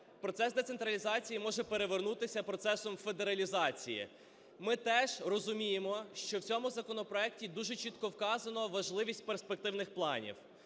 процес децентралізації може перевернутися процесом федералізації. Ми теж розуміємо, що в цьому законопроекті дуже чітко вказана важливість перспективних планів.